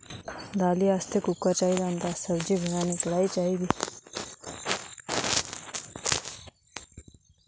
दाली आस्तै कुक्कर चाहिदा होंदा सब्जी बनाने कढ़ाई चाहिदी होंदी